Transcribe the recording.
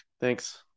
Thanks